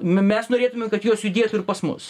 mes norėtume kad jos judėtų ir pas mus